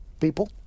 people